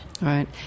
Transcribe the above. Right